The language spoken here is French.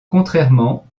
contrairement